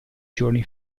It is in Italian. giorni